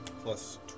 Plus